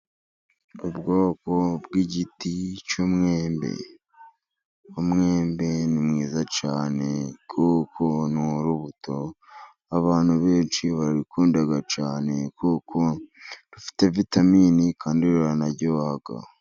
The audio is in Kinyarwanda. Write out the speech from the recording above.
Ubwoko bw'igiti cy'umwembe, umwembe ni mwiza cyane kuko ni urubuto abantu benshi bararukunda cyane, kuko rufite vitamini kandi ruranaryoha.